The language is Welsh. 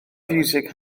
fiwsig